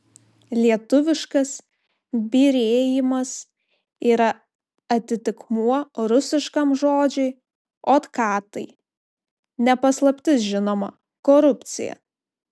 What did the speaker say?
lietuviškas byrėjimas yra atitikmuo rusiškam žodžiui otkatai ne paslaptis žinoma korupcija